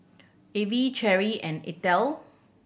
Evie Cherrie and Eithel